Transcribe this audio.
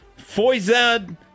Foyzad